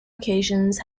occasions